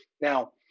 Now